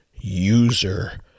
user